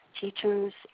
teachers